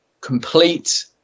complete